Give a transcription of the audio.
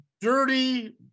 dirty